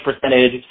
percentage